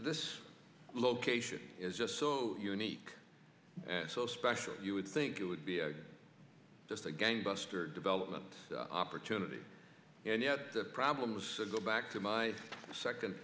this location is just so unique so special you would think it would be just a game buster development opportunity and yes the problem was go back to my second